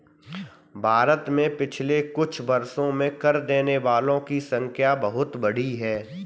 भारत में पिछले कुछ वर्षों में कर देने वालों की संख्या बहुत बढ़ी है